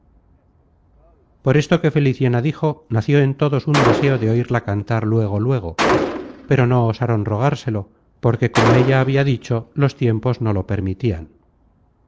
por esto que feliciana dijo nació en todos un deseo de oirla cantar luego luego pero no osaron rogárselo porque como ella habia dicho los tiempos no lo permitian